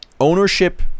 Ownership